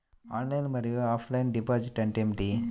Online మరియు offline deposit అంటే ఏమిటి?